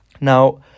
Now